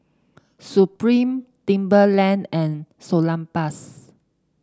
Supreme Timberland and Salonpas